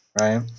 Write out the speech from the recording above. Right